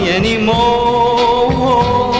anymore